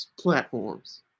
platforms